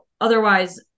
otherwise